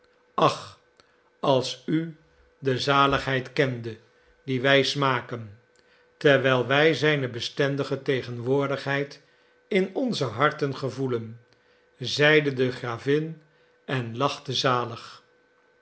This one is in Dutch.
ach als u de zaligheid kende die wij smaken terwijl wij zijne bestendige tegenwoordigheid in onze harten gevoelen zeide de gravin en lachte zalig